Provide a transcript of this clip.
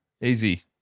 Easy